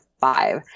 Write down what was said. five